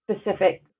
specific